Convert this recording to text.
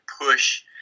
push